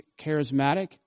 charismatic